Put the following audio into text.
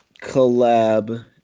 collab